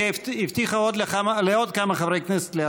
היא הבטיחה לעוד כמה חברי כנסת להשלים.